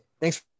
thanks